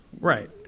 Right